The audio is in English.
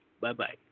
bye-bye